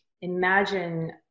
imagine